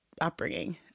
upbringing